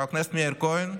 חבר הכנסת מאיר כהן,